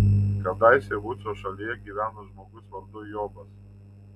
kadaise uco šalyje gyveno žmogus vardu jobas